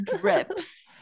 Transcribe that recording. drips